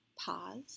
pause